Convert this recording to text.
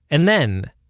and then,